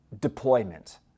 deployment